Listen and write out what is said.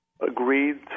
agreed